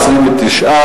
29,